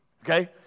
Okay